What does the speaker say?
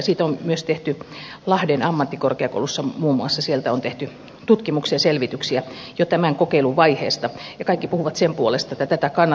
siitä on myös tehty muun muassa lahden ammattikorkeakoulussa tutkimuksia ja selvityksiä jo sen kokeiluvaiheesta ja kaikki puhuvat sen puolesta että tätä kannattaa todella jatkaa